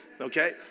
Okay